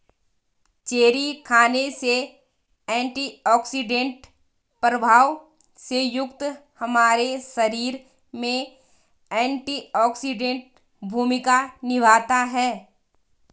cherry खाने से antioxidant प्रभाव से युक्त हमारे शरीर में एंटीऑक्सीडेंट भूमिका निभाता है